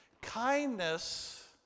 Kindness